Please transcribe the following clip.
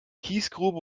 kiesgrube